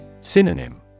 Synonym